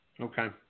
Okay